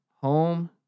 Home